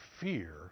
fear